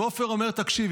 ועופר אומר: תקשיב,